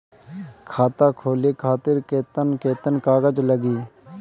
खाता खोले खातिर केतना केतना कागज लागी?